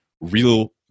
real